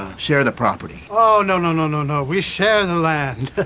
share the property? oh, no! no, no, no, no. we share the land.